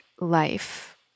life